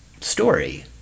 story